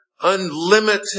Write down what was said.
unlimited